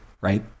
right